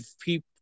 people